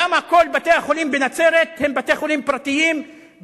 למה כל בתי-החולים בנצרת הם בתי-חולים פרטיים,